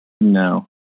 No